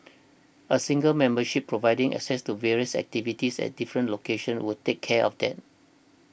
a single membership providing access to various activities at different locations would take care of that